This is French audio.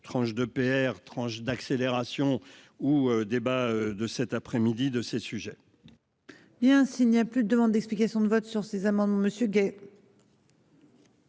tranches d'EPR tranche d'accélération ou débats de cet après-midi de ces sujets. Bien s'il n'y a plus de demandes d'explications de vote sur ces amendements monsieur.